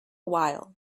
while